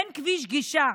אין כביש גישה.